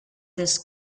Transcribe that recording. this